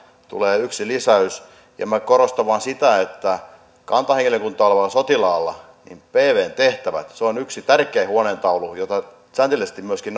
tulee yksi lisäys minä korostan vain sitä että kantahenkilökuntaa olevalla sotilaalla pvn tehtävät on yksi tärkeä huoneentaulu jota säntillisesti myöskin